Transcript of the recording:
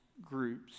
groups